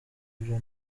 ibyo